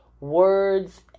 words